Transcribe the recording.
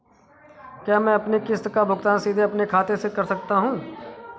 क्या मैं अपनी किश्त का भुगतान सीधे अपने खाते से कर सकता हूँ?